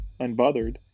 unbothered